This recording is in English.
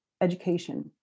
education